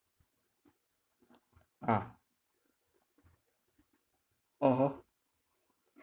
ah (uh huh)